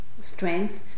strength